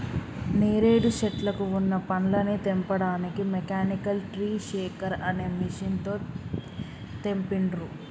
నేరేడు శెట్లకు వున్న పండ్లని తెంపడానికి మెకానికల్ ట్రీ షేకర్ అనే మెషిన్ తో తెంపిండ్రు